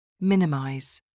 Minimize